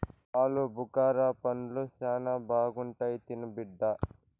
ఆలుబుకారా పండ్లు శానా బాగుంటాయి తిను బిడ్డ